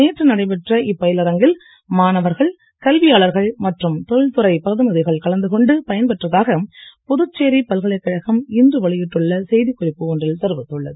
நேற்று நடைபெற்ற இப்பயிலரங்கில் மாணவர்கள் கல்வியாளர்கள் மற்றும் தொழில்துறை பிரதிநிதிகள் கலந்து கொண்டு பயன் பெற்றதாக புதுச்சேரி பல்கலைக்கழகம் இன்று வெளியிட்டுள்ள செய்திக் குறிப்பு ஒன்றில் தெரிவித்துள்ளது